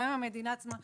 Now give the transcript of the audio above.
גם עם המדינה עצמה,